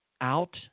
out